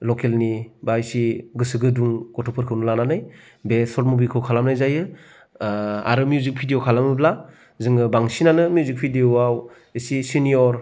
लकेलनि बा इसे गोसो गुदुं गथ'फोरखौनो लानानै बे सर्ट मुभिखौ खालामनाय जायो आरो मिउजिक भिदिय' खालामोब्ला जोङो बांसिनानो मिउजिक भिदिय'आव इसे सिनिय'र